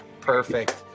Perfect